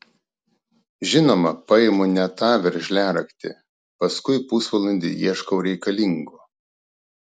žinoma paimu ne tą veržliaraktį paskui pusvalandį ieškau reikalingo